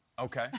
Okay